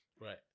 Right